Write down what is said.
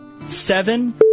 Seven